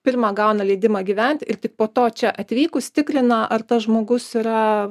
pirma gauna leidimą gyvent ir tik po to čia atvykus tikrina ar tas žmogus yra